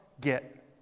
get